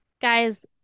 Guys